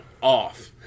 off